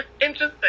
interesting